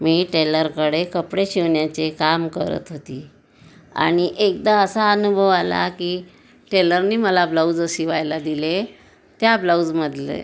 मी टेलरकडे कपडे शिवण्याचे काम करत होती आणि एकदा असा अनुभव आला की टेलरनी मला ब्लाऊज शिवायला दिले त्या ब्लाऊजमधले